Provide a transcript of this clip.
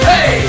Hey